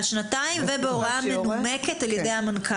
שלא תעלה על שנתיים ובהוראה מנומקת על ידי המנכ"ל.